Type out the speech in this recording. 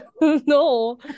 No